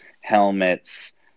helmets